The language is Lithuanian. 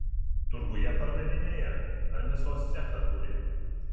turguje pardavinėja ar mėsos cechą turi